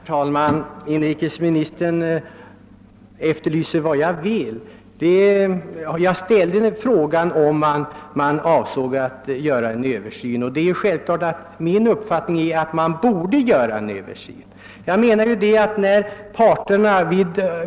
Herr talman! Inrikesministern vill ha besked om vart jag vill komma med min fråga. Min uppfattning är att en översyn av kollektivavtalslagen borde ske.